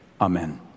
Amen